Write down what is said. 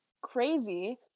crazy